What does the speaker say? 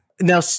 Now